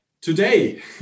today